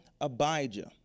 Abijah